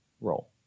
role